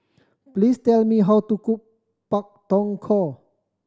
please tell me how to cook Pak Thong Ko